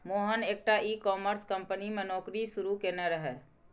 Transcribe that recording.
मोहन एकटा e commerce company मे नौकरी शुरू केने रहय